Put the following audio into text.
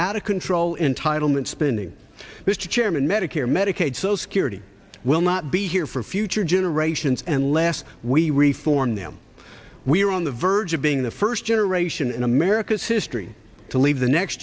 out of control entitlement spending mr chairman medicare medicaid social security will not be here for future generations and lest we reform them we are on the verge of being the first generation in america's history to leave